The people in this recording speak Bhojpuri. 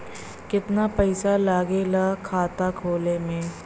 कितना पैसा लागेला खाता खोले में?